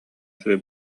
үчүгэй